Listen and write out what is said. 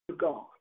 God